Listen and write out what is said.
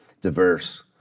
diverse